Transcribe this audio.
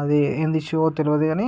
అది ఏంది ఇష్యూనో తెలువదు కానీ